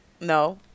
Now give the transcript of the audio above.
no